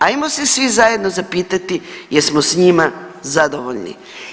Ajmo se svi zajedno zapitati jesmo s njima zadovoljni.